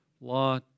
law